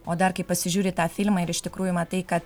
o dar kai pasižiūri į tą filmą ir iš tikrųjų matai kad